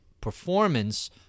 performance